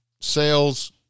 sales